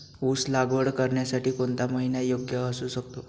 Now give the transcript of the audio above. ऊस लागवड करण्यासाठी कोणता महिना योग्य असू शकतो?